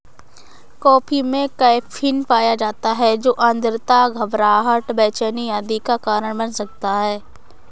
coffee में caffeine पाया जाता है जो अनिद्रा, घबराहट, बेचैनी आदि का कारण बन सकता है